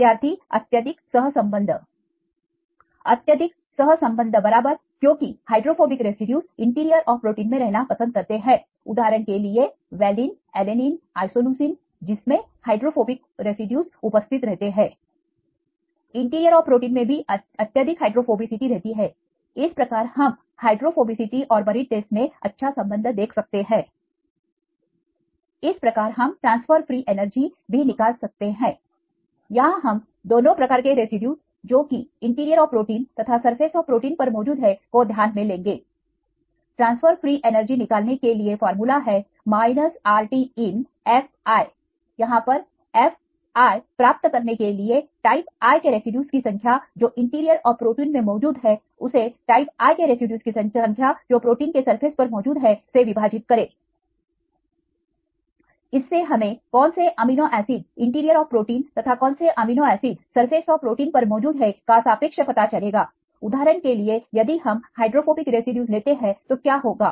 विद्यार्थी अत्यधिक सह संबंध अत्यधिक सह संबंध बराबर क्योंकि hydrophobic residues interior of protein रहना पसंद करते हैं उदाहरण के लिए वैलीन एलेनिन आइसोलुसिनValineAlanineIsoleucine जिनमें हाइड्रोफोबिक रेसिड्यूज उपस्थित रहते हैंity इंटीरियर ऑफ प्रोटीनमे भी अत्यधिक हाइड्रोफोबिसिटी रहती है इस प्रकार हम हाइड्रोफोबिसिटी और बरीडनेस मे अच्छा संबंध देख सकते हैं इस प्रकार हम ट्रांसफर फ्री एनर्जी भी निकाल सकते हैं यहां हम दोनों प्रकार के रेसिड्यूज जो कि इंटीरियर ऑफ प्रोटीन तथा सरफेस ऑफ प्रोटीन पर मौजूद है को ध्यान में लेंगे ट्रांसफर फ्री एनर्जी निकालने के लिए फार्मूला है RTIn f यहां पर f प्राप्त करने के लिए टाइप के रेसिड्यूज की संख्या जो इंटीरियर ऑफ प्रोटीन मे मौजूद है उसे टाइप के रेसिड्यूज की संख्या जो प्रोटीन के सरफेस पर मौजूद है से विभाजित करें इससे हमें कौन से amino acid interior of protein तथा कौनसे amino acid surface of protein पर मौजूद है का सापेक्ष पता चलेगा उदाहरण के लिए यदि हम हाइड्रोफोबिक रेसिड्यूज लेते हैं तो क्या होगा